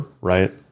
right